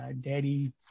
daddy